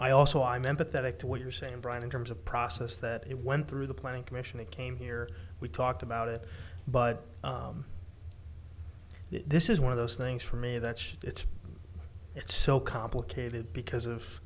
i also i'm empathetic to what you're saying brian in terms of process that it went through the planning commission they came here we talked about it but this is one of those things for me that's it's it's so complicated because of